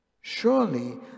surely